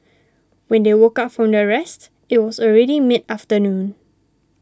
when they woke up from their rest it was already mid afternoon